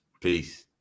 peace